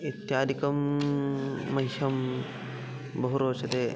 इत्यादिकं मह्यं बहु रोचते